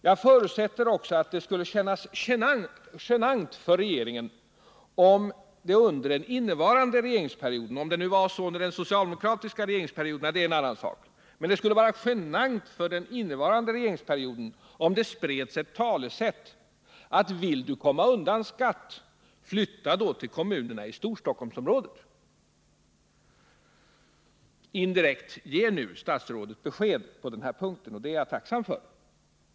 Jag förutsätter också att det skulle kännas genant för regeringen — hur det var under den socialdemokratiska regeringsperioden är en annan sak —- om under den innevarande regeringsperioden talesättet spreds: Vill du komma undan skatt, flytta då till kommunerna i Storstockholmsområdet. Indirekt ger nu statsrådet besked på den här punkten, och det är jag tacksam för.